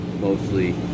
mostly